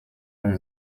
und